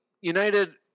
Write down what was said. United